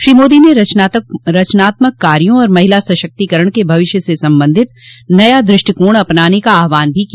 श्री मोदी ने रचनात्मक कार्यों और महिला सशक्तिकरण के भविष्य से संबंधित नया दृष्टिकोण अपनाने का आह्वान भी किया